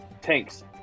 tanks